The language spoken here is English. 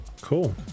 cool